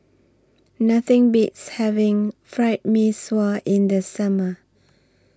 Nothing Beats having Fried Mee Sua in The Summer